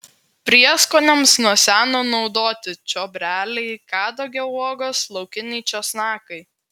prieskoniams nuo seno naudoti čiobreliai kadagio uogos laukiniai česnakai